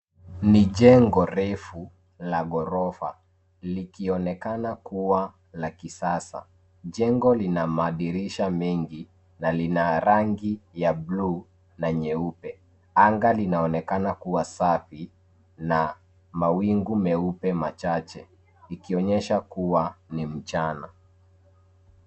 Ni jengo refu la ghrofa likionekana kuwa la kisasa. Jengo lina madirisha mengi na lina rangi ya bluu na nyeupe. Anga linaonekana kuwa safi na mawingu meupe machache ikionyesha kuwa ni mchana.